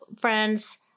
friends